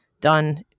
done